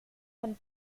man